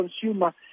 consumer